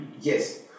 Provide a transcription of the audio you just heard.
Yes